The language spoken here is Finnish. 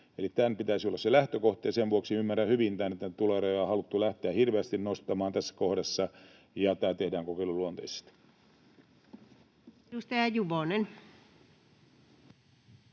tämän pitäisi olla se lähtökohta, ja sen vuoksi ymmärrän hyvin tämän, ettei näitä tulorajoja ole haluttu lähteä hirveästi nostamaan tässä kohdassa ja että tämä tehdään kokeiluluonteisesti.